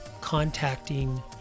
contacting